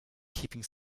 keeping